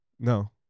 No